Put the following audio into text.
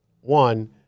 one